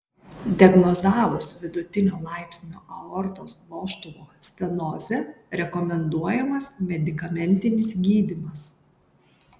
diagnozavus vidutinio laipsnio aortos vožtuvo stenozę rekomenduojamas medikamentinis gydymas